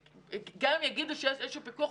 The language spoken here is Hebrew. גם אם יגידו שיש איזשהו פיקוח,